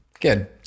Good